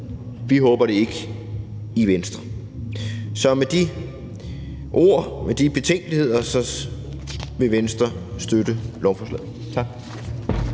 Vi håber det ikke i Venstre. Så med de ord og med de betænkeligheder vil Venstre støtte lovforslaget. Tak.